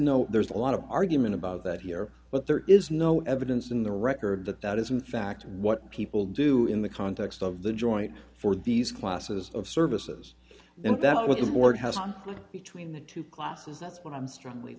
no there's a lot of argument about that here but there is no evidence in the record that that is in fact what people do in the context of the joint for these classes of services and that what the board has something between the two classes that's what i'm strongly